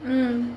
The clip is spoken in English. um